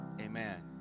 amen